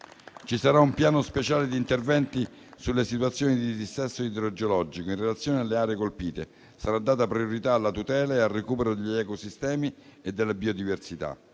Ci sarà un piano speciale di interventi sulle situazioni di dissesto idrogeologico in relazione alle aree colpite e sarà data priorità alla tutela e al recupero degli ecosistemi e della biodiversità,